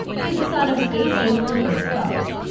he is a son of stacey and her first spouse.